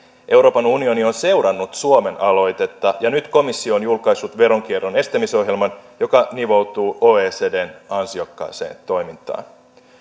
euroopan unioni on seurannut suomen aloitetta ja nyt komissio on julkaissut veronkierron estämisohjelman joka nivoutuu oecdn ansiokkaaseen toimintaan